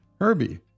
Herbie